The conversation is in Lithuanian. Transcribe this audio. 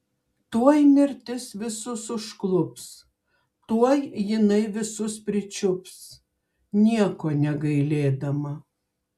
tuoj mirtis visus užklups tuoj jinai visus pričiups nieko negailėdama